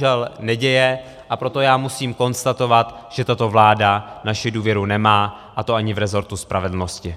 Tohle se bohužel neděje, a proto já musím konstatovat, že tato vláda naši důvěru nemá, a to ani v resortu spravedlnosti.